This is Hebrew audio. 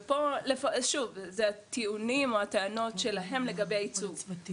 ופה, שוב, אלה הטיעונים שלהם לגבי הייצוג,